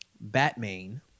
Batman